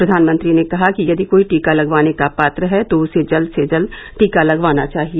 प्रधानमंत्री ने कहा कि यदि कोई टीका लगवाने का पात्र है तो उसे जल्द से जल्द टीका लगवाना चाहिए